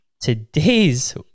Today's